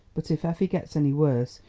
but if effie gets any worse,